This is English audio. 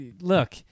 Look